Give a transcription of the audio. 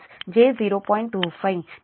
25 transformer j0